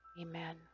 amen